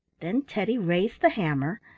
then teddy raised the hammer,